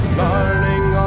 learning